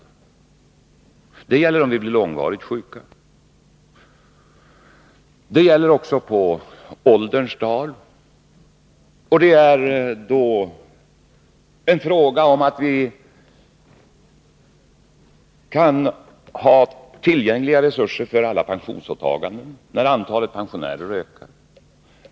Det gäller om vi blir långvarigt sjuka och på ålderns dagar. Det är fråga om att ha tillgängliga resurser för alla pensionsåtaganden när antalet pensionärer ökar.